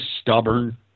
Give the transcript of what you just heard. stubborn